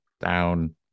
down